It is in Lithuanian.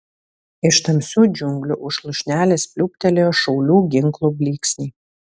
iš tamsių džiunglių už lūšnelės pliūptelėjo šaulių ginklų blyksniai